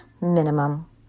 minimum